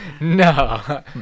no